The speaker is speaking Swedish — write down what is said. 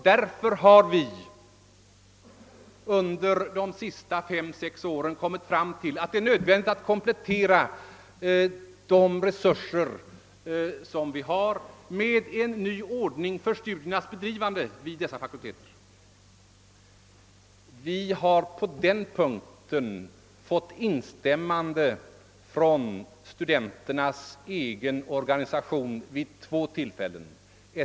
Därför har vi under de senaste fem-sex åren kommit fram till att det är nödvändigt att komplettera de resurser som vi har med en ny ordning för stu diernas bedrivande vid dessa fakulteter. Vi har på den punkten fått instämmande från studenternas egen organisation vid två tillfällen.